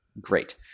great